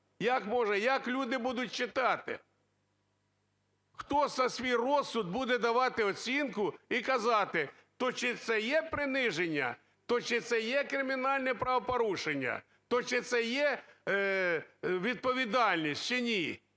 Як люди будуть читати? Хтось на свій розсуд буде давати оцінку і казати, то чи це є приниження, то чи це є кримінальне правопорушення, то чи це є відповідальність, чи ні.